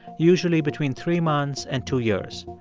usually between three months and two years.